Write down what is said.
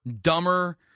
dumber